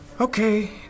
Okay